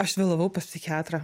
aš vėlavau pas psichiatrą